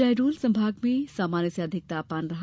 शहडोल संभाग में सामान्य से अधिक तापमान रहा